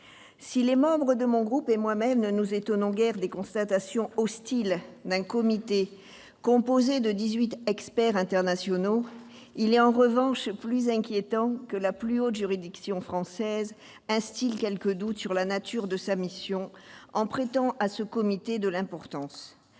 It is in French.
Si les membres de mon groupe et moi-même ne nous étonnons guère des constatations hostiles d'un comité composé de 18 experts internationaux, ... Experts ...... il est en revanche plus inquiétant que la plus haute juridiction française instille quelques doutes sur la nature de sa mission, en prêtant à ce comité de l'importance.